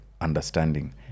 understanding